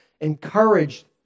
encouraged